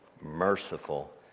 merciful